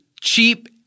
cheap